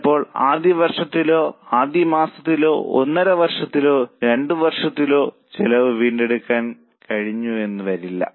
ചിലപ്പോൾ ആദ്യ വർഷത്തിലോ ആദ്യ മാസത്തിലോ ഒന്നര വർഷത്തിലോ 2 വർഷത്തിലോ ചെലവ് വീണ്ടെടുക്കാൻ കഴിഞ്ഞെന്നുവരില്ല